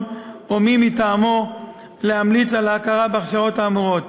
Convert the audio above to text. או מי מטעמו להמליץ על ההכרה בהכשרות האמורות,